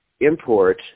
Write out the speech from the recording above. import